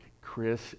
Chris